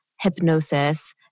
hypnosis